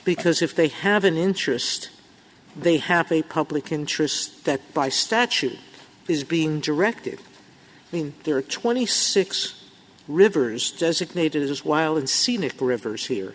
because if they have an interest they happy public interest that by statute is being directed when there are twenty six rivers designated as wild scenic rivers here